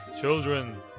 children